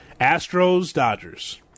Astros-Dodgers